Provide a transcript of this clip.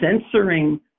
censoring